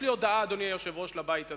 ויש לי הודעה, אדוני היושב-ראש, לבית הזה: